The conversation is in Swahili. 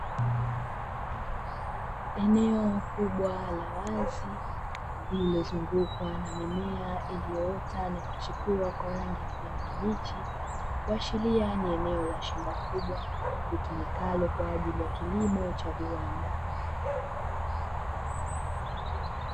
Eneo kubwa la wazi lilozungukwa na mimea iliyoota na kuchipua kwa rangi ya kijani kibichi, kuashiria ni eneo la shamba kubwa litumikalo kwa ajili ya kilimo cha viwanda.